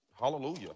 hallelujah